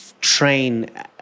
train